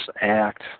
act